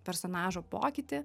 personažo pokytį